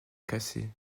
cassée